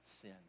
sin